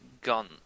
gun